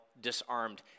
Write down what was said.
disarmed